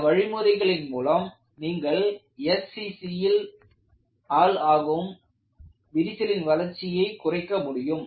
இந்த வழிமுறைகளின் மூலம் நீங்கள் SCC ஆல் பெரிதாகும் விரிசலின் வளர்ச்சியை குறைக்க முடியும்